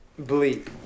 bleep